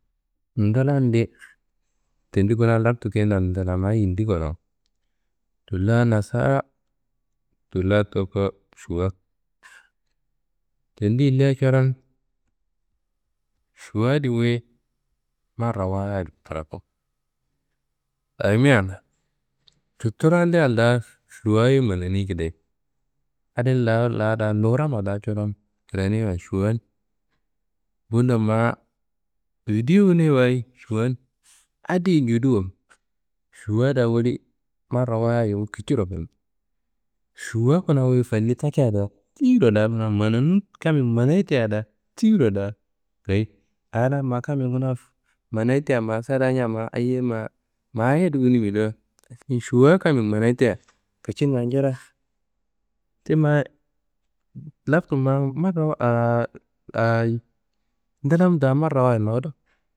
Ndlande tendi kuna lardu keyendean ndlamma yindi korowo. Tulla Nasara, tulla toko Šuwa. Tendi yindia coron Šuwa adi wuyi marrawayit kraku ayimia cuturondea da šuwayi mananei kidaye adin lawu lada Luwuramma da coron graneiwa šuwan. Bundo ma vidiyo wuneiwayi šuwan adiyi juduwo Šuwa da woli marrawayit kiciro fanniyi. Šuwa kuna wuyi fanni takia do? Tiro da mananu. Kammiyi manayi tea da tiro da gayi a la ma kammiyi kuna manayi tea ma salanja ma ayiye ma ma yedi wunimi do. Šuwa kammiyi manayi tea kicinga jirayi. Ti ma lardu ndlam da marrawayit nowudu.